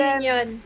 Union